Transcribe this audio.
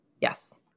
Yes